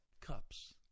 cups